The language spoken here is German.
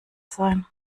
sein